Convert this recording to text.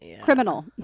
criminal